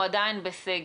הוא עדיין בסגר.